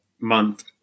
month